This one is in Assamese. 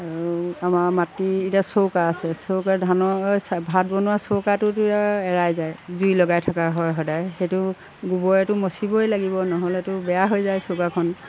আৰু আমাৰ মাটি এতিয়া চৌকা আছে চৌকাৰ ধানৰ এই ভাত বনোৱা চৌকাটো এতিয়া এৰাই যায় জুই লগাই থকা হয় সদায় সেইটো গোবৰেটো মচিবই লাগিব নহ'লেতো বেয়া হৈ যায় চৌকাখন